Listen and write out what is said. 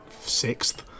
sixth